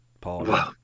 Paul